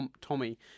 Tommy